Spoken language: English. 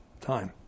time